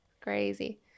Crazy